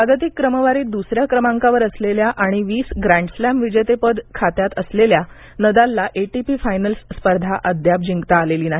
जागतिक क्रमवारीत दुसऱ्या क्रमांकावर असलेल्या आणि वीस ग्रँन्ड स्लॅम विजेतेपद खात्यात असलेल्या नदालला एटीपी फायनल्स स्पर्धा अद्याप जिंकता आलेली नाही